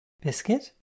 Biscuit